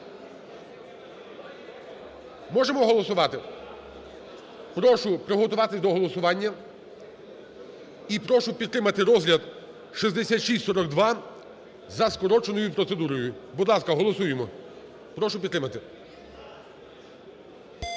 Можемо голосувати? Прошу приготуватись до голосування. І прошу підтримати розгляд 6642 за скороченою процедурою. Будь ласка, голосуємо. Прошу підтримати.